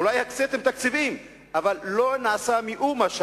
אולי הקציתם תקציבים, אבל לא נעשה שם מאומה.